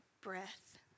breath